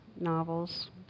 novels